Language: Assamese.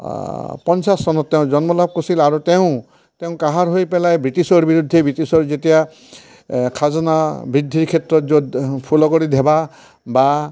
পঞ্চাছ চনত তেওঁ জন্ম লাভ কৰছিল আৰু তেওঁ তেওঁ কঁহাৰ হৈ পেলাই ব্ৰিটিছৰ বিৰুদ্ধে ব্ৰিটিছৰ যেতিয়া আ খাজানা বৃদ্ধিৰ ক্ষেত্ৰত য'ত ফুলগুৰি ধেৱা বা